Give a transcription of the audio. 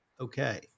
okay